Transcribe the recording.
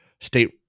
state